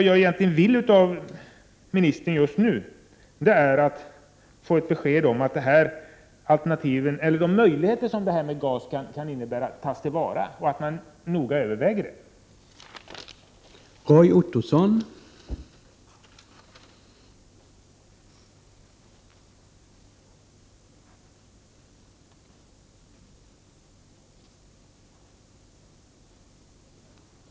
Jag vill ha ett besked av ministern om att de möjligheter som användningen av gas kan innebära tas till vara och att man skall överväga det noga.